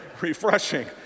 refreshing